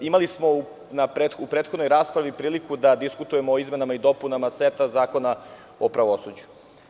Imali smo u prethodnoj raspravi priliku da diskutujemo o izmenama i dopunama seta zakona o pravosuđu.